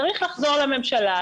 צריך לחזור לממשלה,